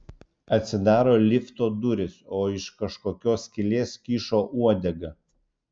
atsidaro lifto durys o iš kažkokios skylės kyšo uodega